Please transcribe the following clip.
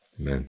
Amen